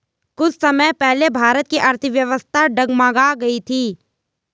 कुछ समय पहले भारत की अर्थव्यवस्था डगमगा गयी थी